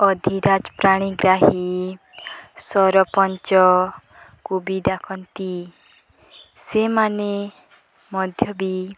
ଅଧିରାଜ ପାଣିଗ୍ରାହୀ ସରପଞ୍ଚକୁ ବି ଡାକନ୍ତି ସେମାନେ ମଧ୍ୟ ବି